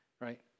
right